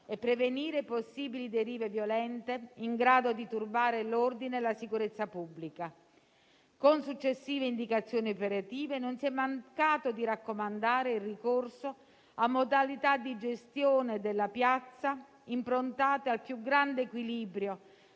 e prevenire possibili derive violente in grado di turbare l'ordine e la sicurezza pubblica. Con successive indicazioni operative non si è mancato di raccomandare il ricorso a modalità di gestione della piazza improntate al più grande equilibrio,